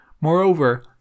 Moreover